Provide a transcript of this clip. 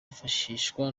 yifashishwa